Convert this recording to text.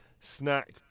snack